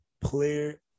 Player